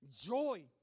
joy